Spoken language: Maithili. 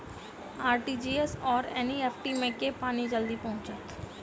आर.टी.जी.एस आओर एन.ई.एफ.टी मे केँ मे पानि जल्दी पहुँचत